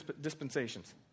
dispensations